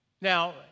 Now